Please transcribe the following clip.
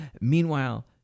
Meanwhile